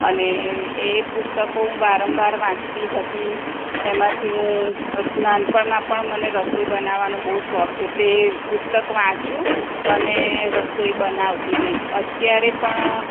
અને એ પુસ્તકો હું વારંવાર વાંચતી હતી એમાંથી હું નાનપણમાં પણ મને રસોઈ બનાવાનો બહુ શોખ એટલે પુસ્તક વાંચું અને રસોઈ બનાવતી ગઈ અત્યારે પણ